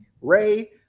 Ray